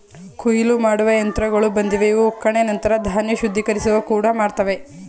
ಕೊಯ್ಲು ಮಾಡುವ ಯಂತ್ರಗಳು ಬಂದಿವೆ ಇವು ಒಕ್ಕಣೆ ನಂತರ ಧಾನ್ಯ ಶುದ್ಧೀಕರಿಸುವ ಕೂಡ ಮಾಡ್ತವೆ